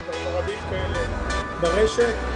יש רבים כאלה ברשת.